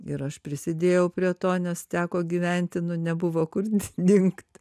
ir aš prisidėjau prie to nes teko gyventi nu nebuvo kur dingt